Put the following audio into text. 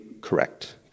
correct